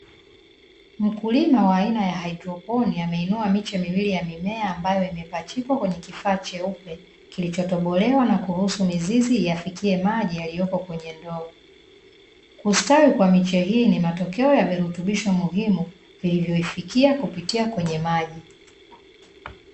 Mkulima wa aina ya haidroponi ameinua miche miwili ya mimea ambayo imepachikwa kwenye kifaa cheupe, kilichotobolewa na kuruhusu mizizi iyafikie maji yaliyopo kwenye ndoo. Kustawi kwa miche hii ni matokeo ya virutubisho muhimu vilivoifikia kupitia kwenye maji.